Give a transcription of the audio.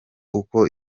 uko